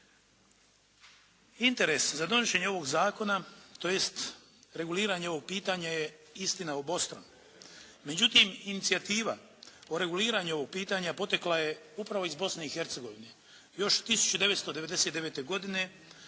Interes za donošenje ovog zakona, tj. reguliranje ovog pitanje je istina o … /Govornik se ne razumije./ … Međutim inicijativa o reguliranju ovog pitanja potekla je upravo iz Bosne i Hercegovine još 1999. godine